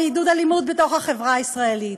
מעידוד אלימות בתוך החברה הישראלית.